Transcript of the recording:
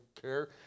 care